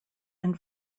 and